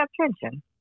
attention